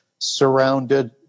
surrounded